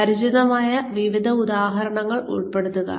പരിചിതമായ വിവിധ ഉദാഹരണങ്ങൾ ഉൾപ്പെടുത്തുക